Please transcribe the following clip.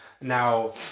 Now